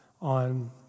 on